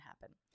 happen